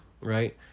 Right